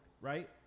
right